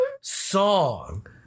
song